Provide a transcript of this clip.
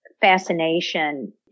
fascination